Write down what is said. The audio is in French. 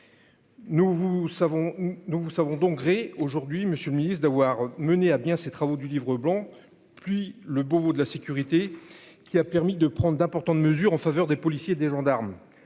nous vous savons donc gré aujourd'hui, Monsieur le Ministre d'avoir mené à bien ses travaux du Livre blanc, puis le Beauvau de la sécurité qui a permis de prendre d'importantes mesures en faveur des policiers, des gendarmes,